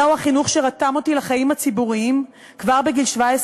זהו החינוך שרתם אותי לחיים הציבוריים כבר בגיל 17,